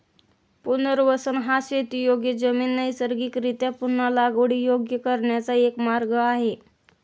पुनर्वसन हा शेतीयोग्य जमीन नैसर्गिकरीत्या पुन्हा लागवडीयोग्य करण्याचा एक मार्ग आहे